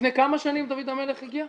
לפני כמה שנים דוד המלך הגיע?